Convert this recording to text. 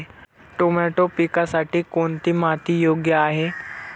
Tomato पिकासाठी कोणती माती योग्य आहे?